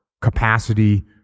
capacity